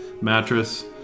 mattress